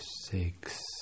six